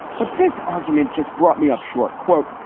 but this argument just brought me up short quote,